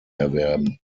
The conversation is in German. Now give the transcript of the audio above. erwerben